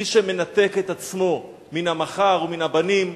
מי שמנתק את עצמו מן המחר ומן הבנים,